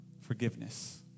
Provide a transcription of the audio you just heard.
forgiveness